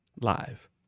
Live